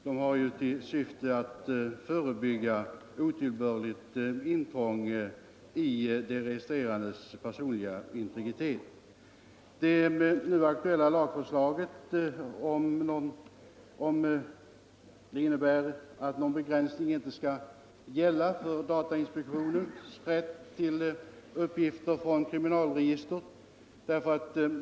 Den har ju till syfte att förebygga otillbörligt intrång i de registrerades personliga integritet. Det nu aktuella lagförslaget innebär att någon begränsning inte skall gälla för datainspektionens rätt till uppgifter från kriminalregister.